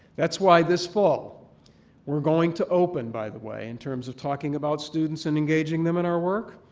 that's why this fall we're going to open, by the way, in terms of talking about students and engaging them in our work,